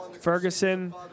Ferguson